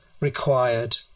required